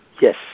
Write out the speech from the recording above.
Yes